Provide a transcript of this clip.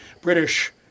British